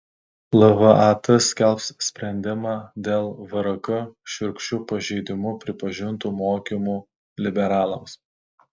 lvat skelbs sprendimą dėl vrk šiurkščiu pažeidimu pripažintų mokymų liberalams